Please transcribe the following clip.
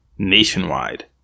Nationwide